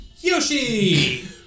Yoshi